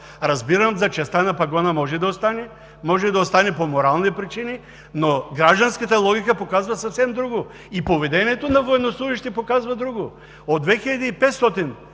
Разбирам за честта на пагона може и да остане, може да остане по морални причини, но гражданската логика показва съвсем друго – и поведението на военнослужещите показва друго. От 2500,